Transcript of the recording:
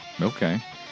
Okay